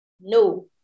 no